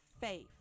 Faith